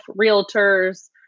realtors